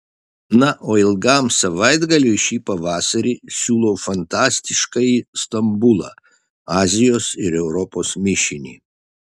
na o ilgam savaitgaliui šį pavasarį siūlau fantastiškąjį stambulą azijos ir europos mišinį